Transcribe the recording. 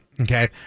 Okay